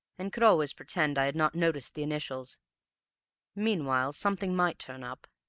and could always pretend i had not noticed the initials meanwhile something might turn up.